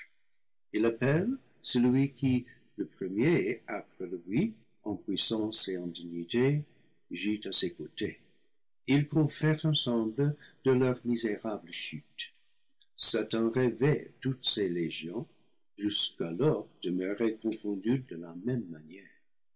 il appelle celui qui le premier après lui en puissance et en dignité gît à ses côtés ils confèrent ensemble de leur misérable chute satan réveille toutes ses légions jusqu'alors demeurées confondues de la même manière